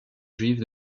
juive